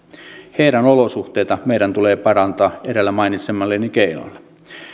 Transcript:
heidän olosuhteitaan meidän tulee parantaa edellä mainitsemillani keinoilla